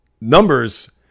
numbers